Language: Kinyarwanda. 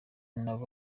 nawe